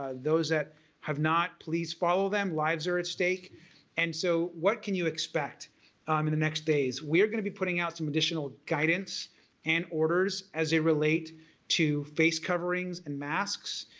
ah those that have not please follow them lives are at stake and so what can you expect um in the next days? we are going to be putting out some additional guidance and orders as they relate to face coverings and masks.